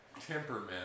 temperament